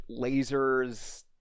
lasers